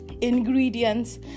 ingredients